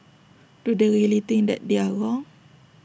do they really think that they are wrong